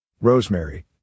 rosemary